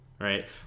right